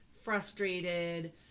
frustrated